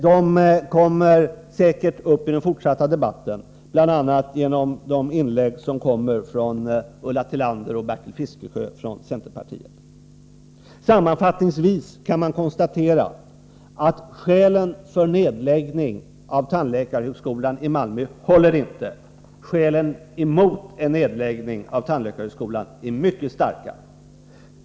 De kommer säkert upp i den fortsatta debatten, bl.a. i inlägg av Ulla Tillander och Bertil Fiskesjö från centerpartiet. Sammanfattningsvis kan man konstatera att skälen för en nedläggning av tandläkarhögskolan i Malmö inte håller. Skälen emot en nedläggning är mycket starka.